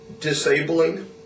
disabling